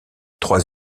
trois